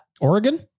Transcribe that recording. Oregon